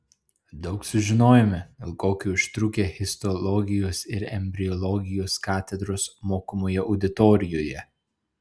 daug sužinojome ilgokai užtrukę histologijos ir embriologijos katedros mokomoje auditorijoje